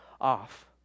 off